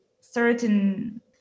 certain